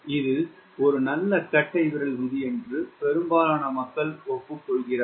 இது ஒரு நல்ல கட்டைவிரல் விதி என்று பெரும்பாலான மக்கள் ஒப்புக்கொள்கிறார்கள்